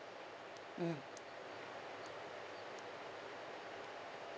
mm